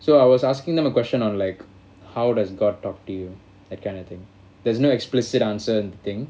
so I was asking them a question on like how does god talk to you that kind of thing there's no explicit answer anything